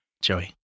Joey